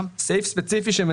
ולדעתי,